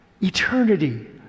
eternity